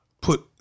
put